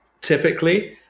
typically